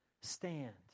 stand